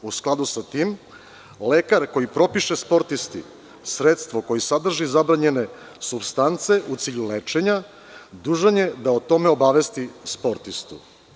U skladu sa tim, lekar koji propiše sportisti sredstvo koje sadrži zabranjene supstance u cilju lečenja, dužan je da o tome obavesti sportistu.